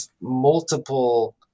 multiple